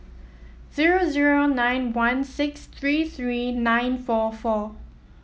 zero zero nine one six three three nine four four